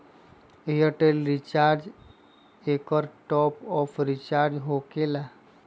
Airtel recharge एकर top off recharge होकेला?